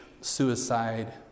suicide